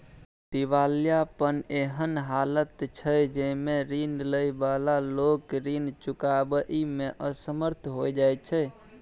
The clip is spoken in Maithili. दिवालियापन एहन हालत छइ जइमे रीन लइ बला लोक रीन चुकाबइ में असमर्थ हो जाइ छै